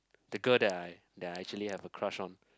the girl that I that I actually have a crush on